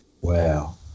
wow